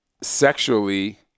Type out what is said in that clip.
sexually